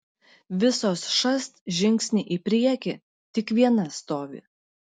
visos šast žingsnį į priekį tik viena stovi